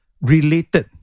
related